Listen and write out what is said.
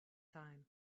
time